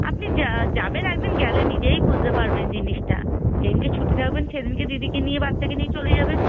আপনি যা যাবেন একদিন গেলে নিজেই বুঝতে পারবেন জিনিসটা যেদিনকে ছুটি থাকবে সেদিনকে দিদিকে নিয়ে বাচ্চাকে নিয়ে চলে যাবেন